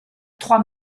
trois